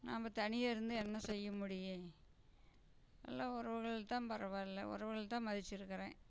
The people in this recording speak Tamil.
நாம் தனியாக இருந்து என்ன செய்ய முடியும் எல்லாம் உறவுகள் தான் பரவாயில்லை உறவுகளை தான் மதித்திருக்கறேன்